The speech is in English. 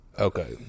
Okay